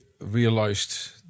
realized